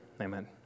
amen